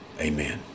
Amen